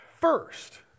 First